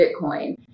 Bitcoin